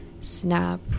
snap